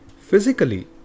Physically